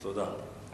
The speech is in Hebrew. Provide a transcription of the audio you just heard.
אז תודה.